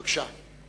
בבקשה.